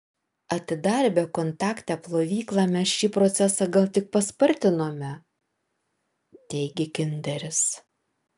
atidarę bekontaktę plovyklą mes šį procesą gal tik paspartinome teigia kinderis